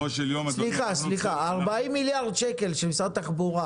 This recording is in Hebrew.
של משרד התחבורה